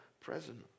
present